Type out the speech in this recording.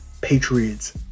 Patriots